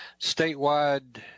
statewide